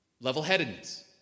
Level-headedness